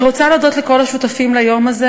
אני רוצה להודות לכל השותפים ליום הזה.